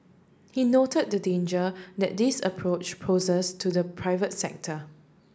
he note the danger that this approach poses to the private sector